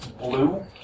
blue